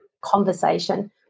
conversation